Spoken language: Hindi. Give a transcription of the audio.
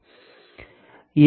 यह महत्व स्तर है